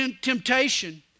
temptation